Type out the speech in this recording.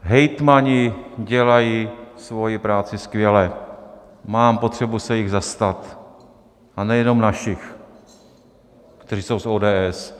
Hejtmani dělají svoji práci skvěle, mám potřebu se jich zastat, a nejenom našich, kteří jsou z ODS.